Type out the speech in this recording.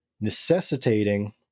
necessitating